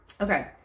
Okay